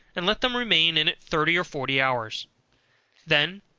and let them remain in it thirty or forty hours then,